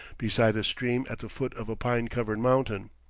beside a stream at the foot of a pine-covered mountain.